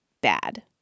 bad